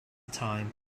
time